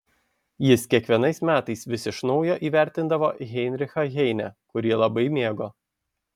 jis kiekvienais metais vis iš naujo įvertindavo heinrichą heinę kurį labai mėgo